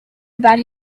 about